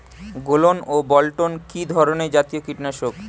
গোলন ও বলটন কি ধরনে জাতীয় কীটনাশক?